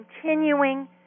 continuing